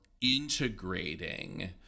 integrating